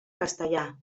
castellà